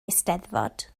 eisteddfod